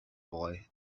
boy